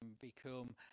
become